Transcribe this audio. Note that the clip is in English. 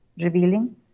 revealing